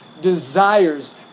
desires